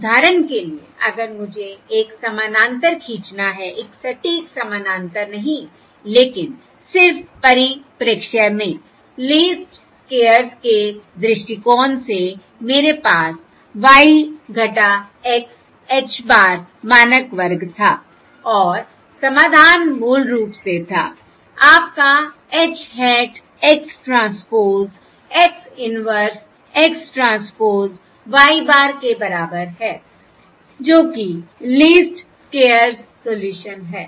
उदाहरण के लिए अगर मुझे एक समानांतर खींचना है एक सटीक समानांतर नहीं लेकिन सिर्फ परिप्रेक्ष्य में लीस्ट स्क्वेयर्स के दृष्टिकोण से मेरे पास y X h bar मानक वर्ग था और समाधान मूल रूप से था आपका h hat X transpose X inverse X transpose y bar के बराबर है जो कि लीस्ट स्क्वेयर्स सोल्यूशन है